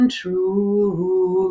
true